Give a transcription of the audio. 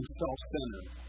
self-centered